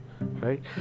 right